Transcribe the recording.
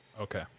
Okay